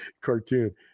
cartoon